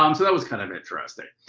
um so that was kind of interesting.